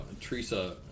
Teresa